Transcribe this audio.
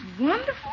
wonderful